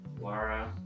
Laura